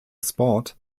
sport